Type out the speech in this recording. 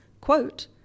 quote